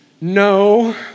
No